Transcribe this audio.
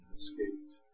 escaped